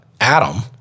Adam